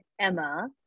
Emma